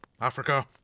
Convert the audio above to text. Africa